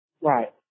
Right